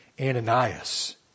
Ananias